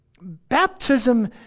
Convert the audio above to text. Baptism